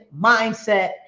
mindset